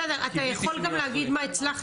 בסדר, אתה יכול גם להגיד מה הצלחת,